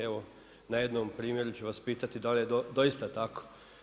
Evo, na jednom primjeru ću vas pitati dal' je doista tako.